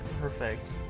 Perfect